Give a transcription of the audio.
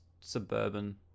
suburban